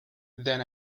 then